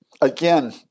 again